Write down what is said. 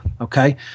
Okay